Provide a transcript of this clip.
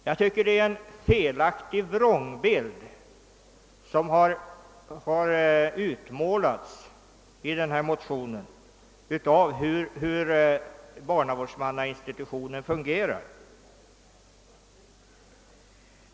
Jag anser att detta är en vrångbild av hur barnavårdsmannainstitutionen = fungerar.